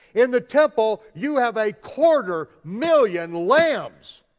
in the temple, you have a quarter million lambs.